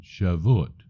Shavuot